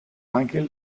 ángel